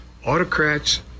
Autocrats